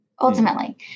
ultimately